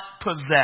possess